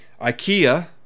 Ikea